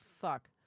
fuck